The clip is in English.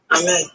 Amen